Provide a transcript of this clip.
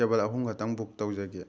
table ꯑꯍꯨꯝ ꯈꯛꯇꯪ book ꯇꯧꯖꯒꯦ